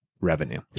revenue